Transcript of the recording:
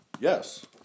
Yes